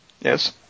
Yes